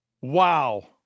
Wow